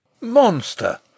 Monster